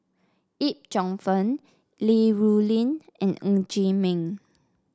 Yip Cheong Fun Li Rulin and Ng Chee Meng